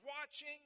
watching